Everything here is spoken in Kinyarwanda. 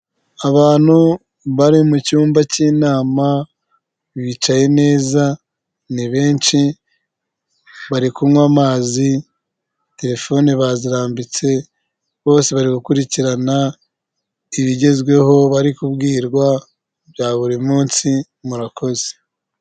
Abantu bari mu cyumba cy'inama bicaye neza, ni benshi bari kunywa amazi, telefone barambitse, bose bari gukurikirana ibigezweho bari kubwirwa bya buri munsi, murakoze.